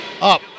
Up